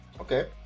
Okay